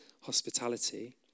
hospitality